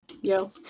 Yo